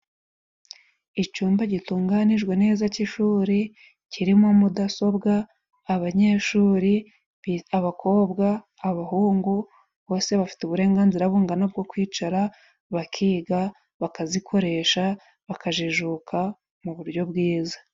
Icumba gitunganijwe neza c'ishuri kirimo mudasobwa abanyeshuri abakobwa, abahungu bose bafite uburenganzira bungana bwo kwicara bakiga bakazikoresha bakajijuka mu buryo bwiza.